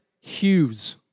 Hughes